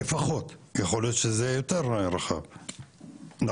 לפחות, יכול להיות שזה יותר רחב, נכון?